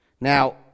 Now